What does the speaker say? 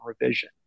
revision